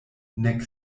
nek